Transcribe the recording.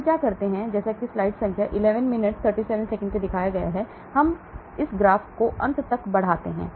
तो हम क्या करते हैं हम इसको अंत तक बढ़ाते हैं